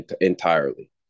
entirely